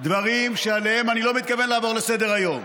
דברים שעליהם אני לא מתכוון לעבור לסדר-היום.